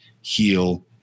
heal